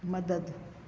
मदद